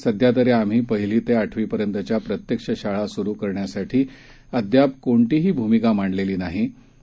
सध्यातरीआम्हीपहिलीतेआठवीपर्यंतच्याप्रत्यक्षशाळासुरूकरण्यासाठीअद्यापकोणतीहीभूमिकामांडलीनाही